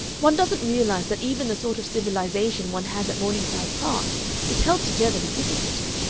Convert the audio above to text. one doesn't realize that even the sort of civilization one has at morningside park is held together with difficulty.